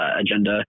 agenda